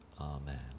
Amen